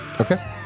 Okay